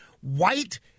white